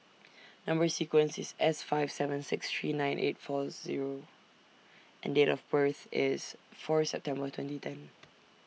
Number sequence IS S five seven six three nine eight four Zero and Date of birth IS Fourth September twenty ten